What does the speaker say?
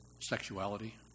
sexuality